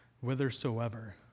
whithersoever